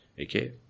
Okay